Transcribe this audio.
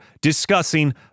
discussing